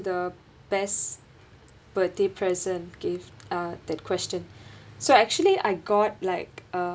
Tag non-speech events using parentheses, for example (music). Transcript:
the best birthday present gave uh that question (breath) so actually I got like a